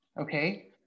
okay